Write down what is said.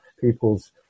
people's